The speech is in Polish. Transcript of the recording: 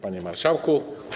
Panie Marszałku!